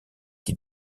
qui